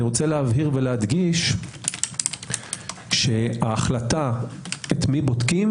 אני מבהיר ומדגיש שההחלטה את מי בודקים